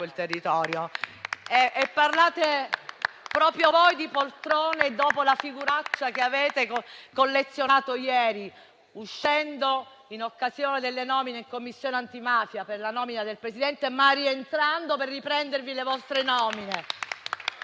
quel territorio. Proprio voi parlate di poltrone, dopo la figuraccia che avete collezionato ieri, uscendo in occasione delle nomine in Commissione antimafia, per la nomina del Presidente, ma rientrando per riprendervi le vostre nomine?